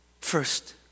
First